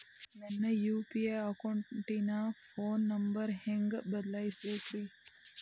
ನನ್ನ ಯು.ಪಿ.ಐ ಅಕೌಂಟಿನ phone number ಹೆಂಗ್ ಬದಲಾಯಿಸ ಬೇಕ್ರಿ?